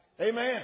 Amen